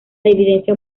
evidencias